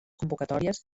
convocatòries